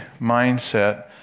mindset